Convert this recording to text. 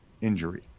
injury